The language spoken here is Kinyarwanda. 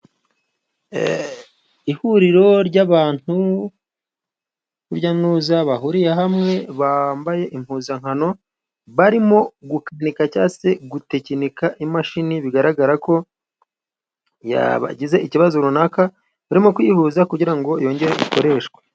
Ihuriro ry'abantu urujya n'uruza bahuriye hamwe, bambaye impuzankano barimo gukanika ,cyangwa se gutekinika imashini, bigaragara ko yagize ikibazo runaka, barimo kwiyihuza kugira ngo yongere ikoreshwe.